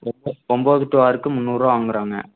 ஒம் ஒன்போது டு ஆறுக்கு முந்நூறு ரூபா வாங்குறாங்க